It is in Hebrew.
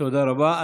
תודה רבה.